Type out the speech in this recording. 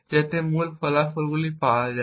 যাতে মূল ফলাফলগুলি পাওয়া যায়